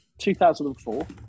2004